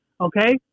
Okay